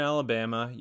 Alabama